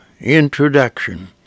Introduction